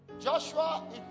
Joshua